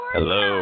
Hello